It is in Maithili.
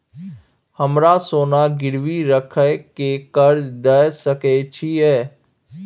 हमरा सोना गिरवी रखय के कर्ज दै सकै छिए?